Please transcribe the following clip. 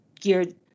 geared